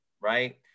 right